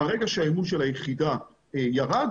ברגע שהאימון של היחידה ירד